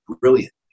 brilliant